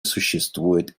существует